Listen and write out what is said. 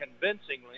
convincingly